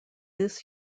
this